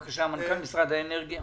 מנכ"ל משרד האנרגיה, בבקשה.